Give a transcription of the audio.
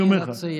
אני אומר לך,